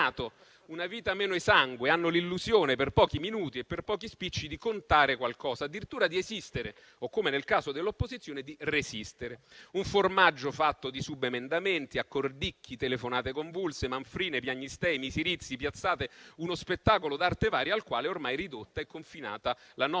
una vita meno esangue. Hanno l'illusione, per pochi minuti e per pochi spiccioli, di contare qualcosa, addirittura di esistere o, come nel caso dell'opposizione, di resistere. Un formaggio fatto di subemendamenti, accordicchi, telefonate convulse, manfrine, piagnistei, misirizzi, piazzate: uno spettacolo d'arte varia, al quale ormai sono ridotti e confinati la nostra